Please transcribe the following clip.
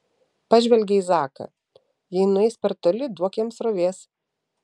pažvelgė į zaką jei nueis per toli duok jam srovės